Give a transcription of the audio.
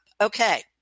Okay